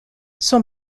son